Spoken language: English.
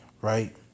right